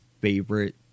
favorite